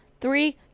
three